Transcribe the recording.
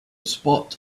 spot